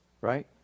Right